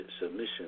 submission